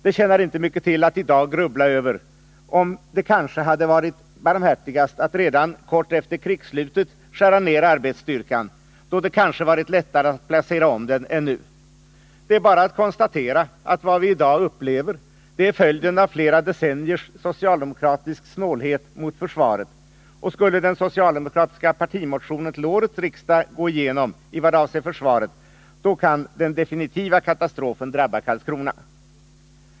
Det tjänar inte mycket till att i dag grubbla över, om det hade varit barmhärtigast att redan en kort tid efter krigsslutet skära ned arbetsstyrkan. Då hade det kanske varit lättare att placera om den än nu. Det är bara att konstatera att vad vi i dag upplever är följden av flera decenniers socialdemokratiska snålhet mot försvaret, och skulle den socialdemokratiska partimotionen till årets riksdag gå igenom i vad avser försvaret, kan den definitiva katastrofen drabba Karlskrona.